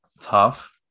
tough